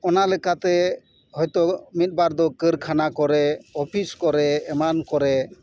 ᱚᱱᱟ ᱞᱮᱠᱟᱛᱮ ᱦᱳᱭᱛᱳ ᱢᱤᱫ ᱵᱟᱨ ᱫᱚ ᱠᱟᱹᱨᱠᱷᱟᱱᱟ ᱠᱚᱨᱮ ᱚᱯᱷᱤᱥ ᱠᱚᱨᱮ ᱮᱢᱟᱱ ᱠᱚᱨᱮ